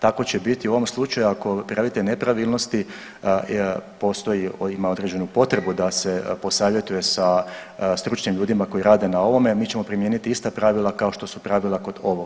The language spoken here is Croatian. Tako će biti i u ovom slučaju ako prijavitelj nepravilnosti postoji, ima određenu potrebu da se posavjetuje sa stručnim ljudima koji rade na ovome, a mi ćemo primijeniti ista pravila kao šta su pravila kod ovog.